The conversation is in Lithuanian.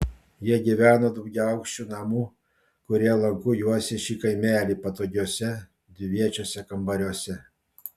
jie gyveno daugiaaukščių namų kurie lanku juosė šį kaimelį patogiuose dviviečiuose kambariuose